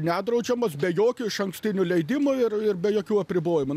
nedraudžiamos be jokio išankstinio leidimo ir ir be jokių apribojimų